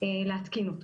להתקין אותו.